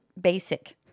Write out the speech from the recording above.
Basic